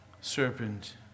serpent